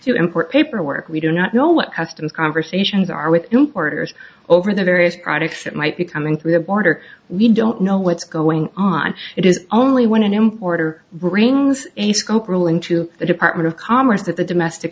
to import paperwork we do not know what customs conversations are with importers over the various products that might be coming through the border we don't know what's going on it is only when an importer brings a scope ruling to the department of commerce that the domestic